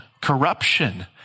corruption